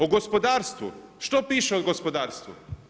O gospodarstvu, što piše o gospodarstvu?